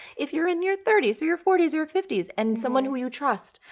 if you're in your thirty s or your forty s or your fifty s, and someone who you trust,